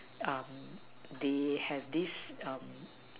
um they have this um